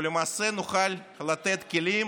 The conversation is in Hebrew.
ולמעשה נוכל לתת כלים